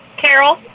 Carol